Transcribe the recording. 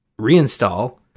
reinstall